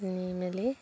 আনি মেলি